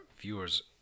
viewers